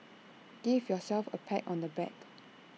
give yourselves A pat on the back